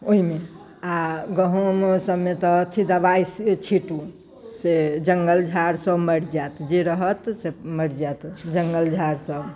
ओहिमे आ गहूँम सभमे तऽ अथि दवाइ से छीँटू से जङ्गल झाड़ सभ मरि जायत जे रहत से मरि जायत जङ्गल झाड़ सभ